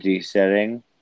setting